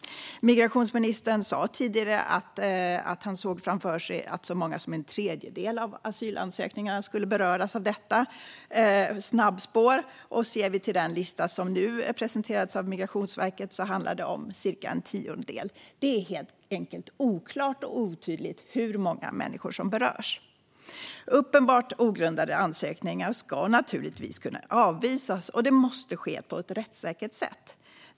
Migrationsministern sa tidigare att han såg framför sig att så många som en tredjedel av asylansökningarna skulle beröras av detta "snabbspår". Men sett till den lista som nu presenterats av Migrationsverket handlar det om cirka en tiondel. Det är helt enkelt oklart och otydligt hur många människor som berörs. Uppenbart ogrundade ansökningar ska naturligtvis kunna avvisas, och det måste ske på ett rättssäkert sätt.